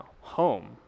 home